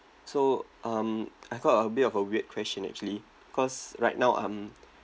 so um I got a bit of a weird question actually cause right now I'm